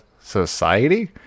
society